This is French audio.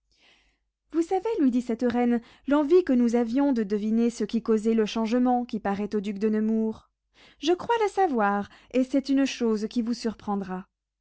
vous savez lui dit cette reine l'envie que nous avions de deviner ce qui causait le changement qui paraît au duc de nemours je crois le savoir et c'est une chose qui vous surprendra